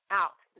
out